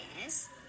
Yes